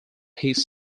his